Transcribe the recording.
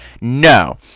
No